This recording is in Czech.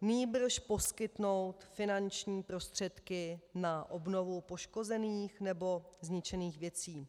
nýbrž poskytnout finanční prostředky na obnovu poškozených nebo zničených věcí.